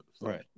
Right